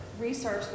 research